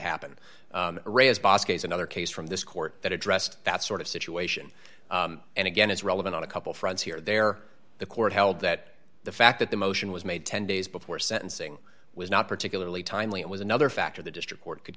happen another case from this court that addressed that sort of situation and again it's relevant on a couple friends here there the court held that the fact that the motion was made ten days before sentencing was not particularly timely it was another factor the district court could